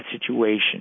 situation